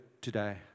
today